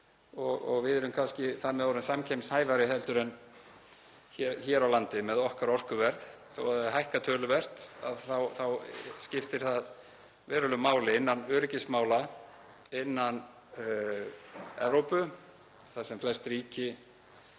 og við erum kannski þannig orðin samkeppnishæfari hér á landi með okkar orkuverð. Þó að það hafi hækkað töluvert þá skiptir það verulegu máli innan öryggismála innan Evrópu, þar sem flest ríki